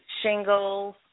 shingles